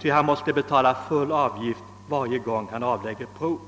ty han måste betala full avgift varje gång han avlägger prov.